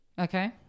Okay